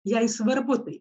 jai svarbu tai